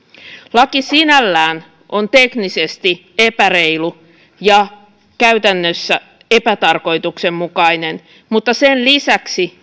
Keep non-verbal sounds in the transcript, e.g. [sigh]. laki sinällään on teknisesti epäreilu ja käytännössä epätarkoituksenmukainen mutta sen lisäksi [unintelligible]